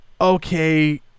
okay